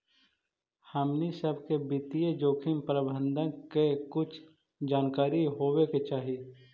हमनी सब के वित्तीय जोखिम प्रबंधन के कुछ जानकारी होवे के चाहि